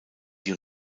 die